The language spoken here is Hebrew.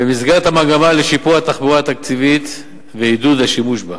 במסגרת המגמה לשיפור התחבורה הציבורית ועידוד השימוש בה.